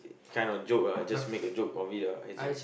kind of joke ah just make a joke of it lah as in